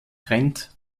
trent